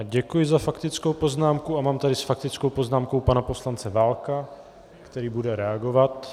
Děkuji za faktickou poznámku a mám tady s faktickou poznámkou pana poslance Válka, který bude reagovat.